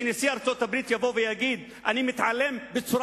שנשיא ארצות-הברית יבוא ויגיד: אני מתעלם בצורה